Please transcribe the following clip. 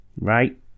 Right